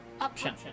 option